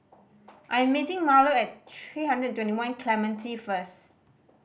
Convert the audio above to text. I am meeting Marlo at three hundred and twenty one Clementi first